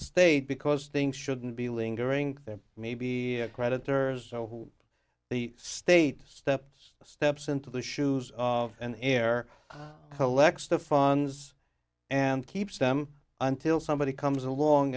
state because things shouldn't be lingering there may be a creditors who the state steps steps into the shoes of an heir collects the funds and keeps them until somebody comes along